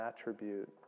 attribute